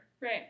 Right